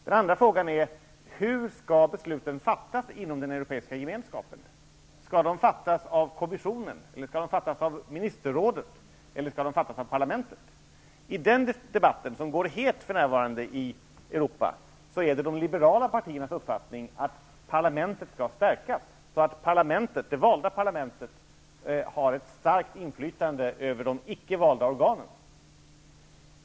Den andra frågan är: Hur skall besluten fattas inom den europeiska gemenskapen -- skall de fattas av kommissionen, ministerrådet eller parlamentet? I den debatten, som för närvarande är en het debatt i Europa, är det de liberala partiernas uppfattning att parlamentet skall stärkas, så att det valda parlamentet har ett starkt inflytande över de icke valda organen.